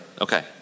Okay